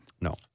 No